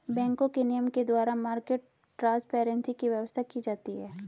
बैंकों के नियम के द्वारा मार्केट ट्रांसपेरेंसी की व्यवस्था की जाती है